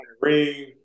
ring